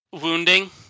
wounding